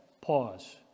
Pause